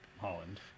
Holland